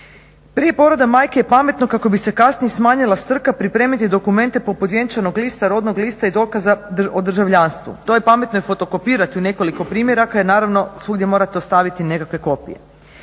Prije poroda majke je pametno kako bi se kasnije smanjila strka pripremiti dokumente poput vjenčanog lista, rodnog lista i dokaza o državljanstvu, to je pametno i fotokopirati u nekoliko primjeraka jer naravno svugdje morate ostaviti nekakve kopije.